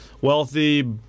wealthy